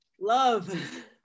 Love